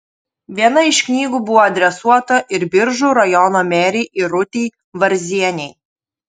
viena iš knygų buvo adresuota ir biržų rajono merei irutei varzienei